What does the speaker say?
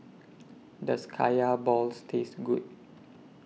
Does Kaya Balls Taste Good